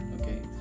okay